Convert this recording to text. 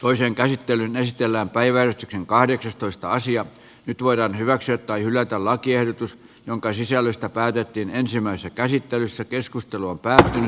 aiheen käsittelyyn esitellään päivä kahdeksastoista nyt voidaan hyväksyä tai hylätä lakiehdotus jonka sisällöstä päätettiin ensimmäisessä käsittelyssä keskustelua pään